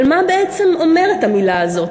אבל מה בעצם אומרת המילה הזאת?